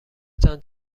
تان